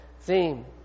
theme